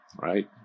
right